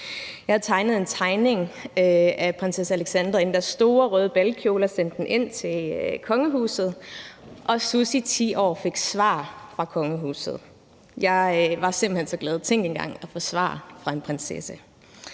tegnet en tegning af prinsesse Alexandra i den der store røde balkjole og sendt den ind til kongehuset, og Susie, 10 år, fik svar fra kongehuset. Jeg var simpelt hen så glad. Tænk engang at få svar fra en prinsesse.